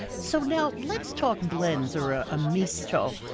so now, let's talk blends, or a ah misto.